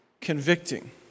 convicting